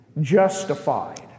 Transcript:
justified